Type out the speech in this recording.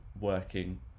working